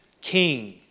king